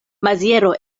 maziero